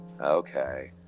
okay